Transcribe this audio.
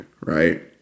right